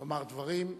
לומר דברים,